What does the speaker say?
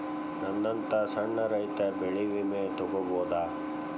ನನ್ನಂತಾ ಸಣ್ಣ ರೈತ ಬೆಳಿ ವಿಮೆ ತೊಗೊಬೋದ?